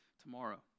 tomorrow